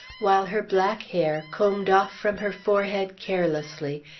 while her black hair, combed off from her forehead carelessly,